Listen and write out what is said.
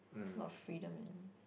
a lot of freedom and